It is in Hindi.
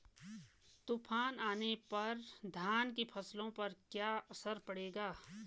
तूफान आने पर धान की फसलों पर क्या असर पड़ेगा?